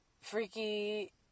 freaky